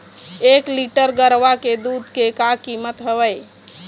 एक लीटर गरवा के दूध के का कीमत हवए?